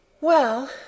Well